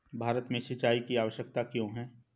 भारत में सिंचाई की आवश्यकता क्यों है?